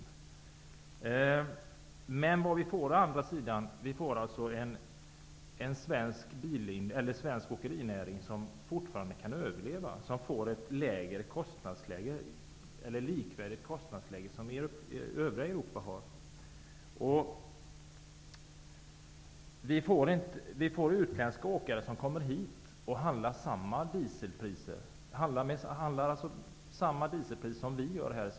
Å andra sidan uppnår vi att svensk åkerinäring fortfarande kan överleva, eftersom kostnadsläget blir lägre än eller likvärdigt det i övriga Europa. Utländska åkare kommer hit och handlar diesel till samma priser som vi.